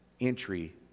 entry